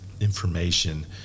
information